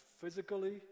physically